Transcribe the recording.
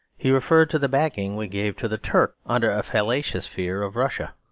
he referred to the backing we gave to the turk under a fallacious fear of russia.